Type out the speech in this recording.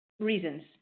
reasons